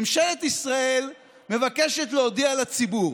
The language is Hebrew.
ממשלת ישראל מבקשת להודיע לציבור